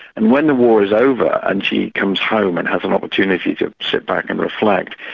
and when the war is over and she comes home and has an opportunity to sit back and reflect,